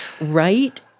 right